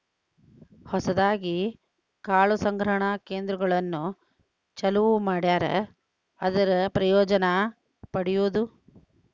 ಹೊಸದಾಗಿ ಕಾಳು ಸಂಗ್ರಹಣಾ ಕೇಂದ್ರಗಳನ್ನು ಚಲುವ ಮಾಡ್ಯಾರ ಅದರ ಪ್ರಯೋಜನಾ ಪಡಿಯುದು